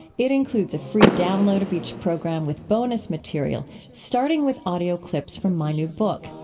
it includes a free download of each program with bonus material, starting with audio clips from my new book.